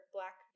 Black